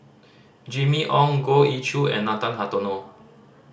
Jimmy Ong Goh Ee Choo and Nathan Hartono